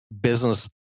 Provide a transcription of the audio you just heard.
business